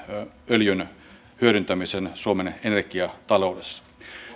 öljyn hyödyntämisen suomen energiataloudessa